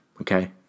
Okay